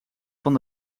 van